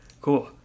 cool